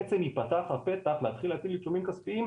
בעצם יפתח הפתח להתחיל להפעיל עיצומים כספיים,